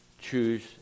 Choose